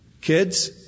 Kids